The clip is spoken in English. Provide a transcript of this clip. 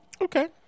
Okay